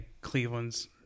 Cleveland's